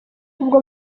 ubwo